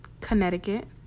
Connecticut